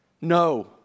No